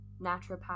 naturopath